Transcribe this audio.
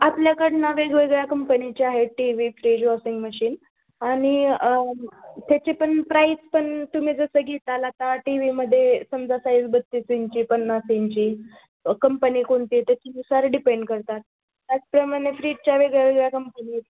आपल्याकडून वेगवेगळ्या कंपनीच्या आहेत TV fridge washing machine आणि त्याची पण प्राईस पण तुम्ही जसं घेताल आता टी व्हीमध्ये समजा साईज बत्तीस इंची पन्नास इंची कंपनी कोणती आहे त्याचेनुसार डिपेंड करतात त्याचप्रमाणे फ्रीजच्या वेगवेगळ्या कंपनी आहेत